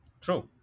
True